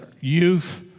youth